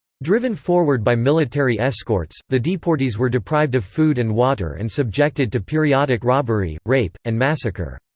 driven forward by military escorts, the deportees were deprived of food and water and subjected to periodic robbery, rape, and massacre.